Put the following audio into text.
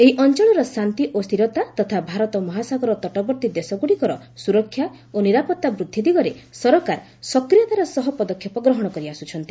ଏହି ଅଞ୍ଚଳର ଶାନ୍ତି ଓ ସ୍ଥିରତା ତଥା ଭାରତ ମହାସାଗର ତଟବର୍ତ୍ତୀ ଦେଶଗୁଡ଼ିକର ସୁରକ୍ଷା ଓ ନିରାପତ୍ତା ବୃଦ୍ଧି ଦିଗରେ ସରକାର ସକ୍ରିୟତାର ସହ ପଦକ୍ଷେପ ଗ୍ରହଣ କରି ଆସ୍କୁଛନ୍ତି